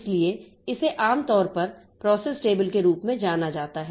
इसलिए इसे आम तौर पर प्रोसेस टेबल के रूप में जाना जाता है